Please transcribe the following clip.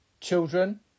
children